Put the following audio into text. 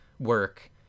Work